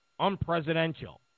unpresidential